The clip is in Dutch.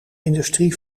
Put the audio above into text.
industrie